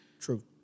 True